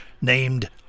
named